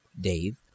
Dave